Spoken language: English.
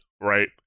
right